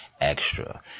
extra